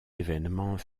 événements